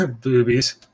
Boobies